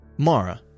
Mara